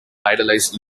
idolized